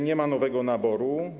Nie ma nowego naboru.